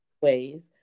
ways